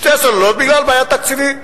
שתי סוללות, בגלל בעיה תקציבית.